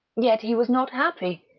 yet he was not happy.